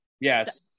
yes